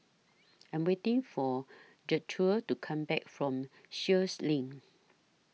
I Am waiting For Gertrude to Come Back from Sheares LINK